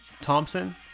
thompson